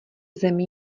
zemi